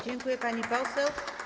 Dziękuję, pani poseł.